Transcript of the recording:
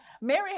Mary